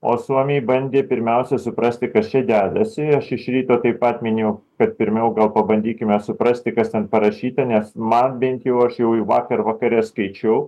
o suomiai bandė pirmiausia suprasti kas čia dedasi aš iš ryto taip pat minėjau kad pirmiau gal pabandykime suprasti kas ten parašyta nes man bent jau aš jau ir vakar vakare skaičiau